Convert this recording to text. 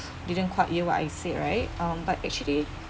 didn't quite hear what I said right um but actually